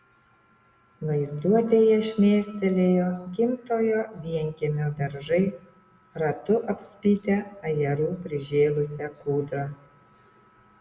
vaizduotėje šmėstelėjo gimtojo vienkiemio beržai ratu apspitę ajerų prižėlusią kūdrą